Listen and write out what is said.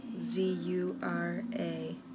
Z-U-R-A